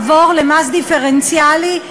למס דיפרנציאלי,